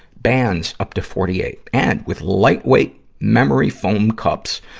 bands up to forty eight. and with lightweight, memory foam cups,